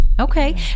Okay